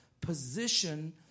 position